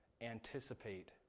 anticipate